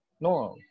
no